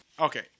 Okay